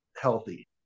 healthy